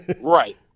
Right